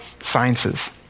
sciences